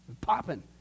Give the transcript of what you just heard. popping